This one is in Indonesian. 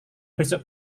besok